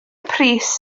pris